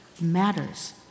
matters